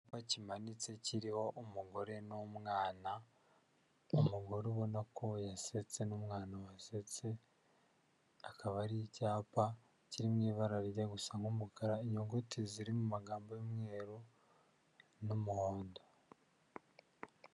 Icyapa kimanitse kiriho umugore n'umwana, umugore ubona ko yasetse n'umwana wasetse, akaba ari icyapa kiri mu ibara rijya gusa nk'umukara, inyuguti ziri mu magambo y'umweru n'umuhondo.